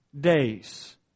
days